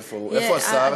איפה השר?